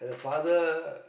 as a father